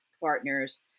partners